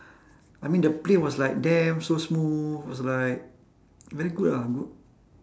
I mean the play was like damn so smooth was like very good ah good